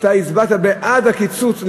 הצבעת בעד הקיצוץ,